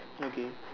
okay